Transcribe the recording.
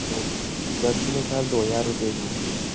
दस kilo sir दो हज़ार रुपये के आएंगे